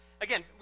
Again